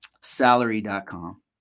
salary.com